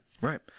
Right